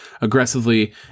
aggressively